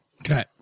Okay